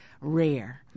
rare